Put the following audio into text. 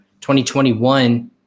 2021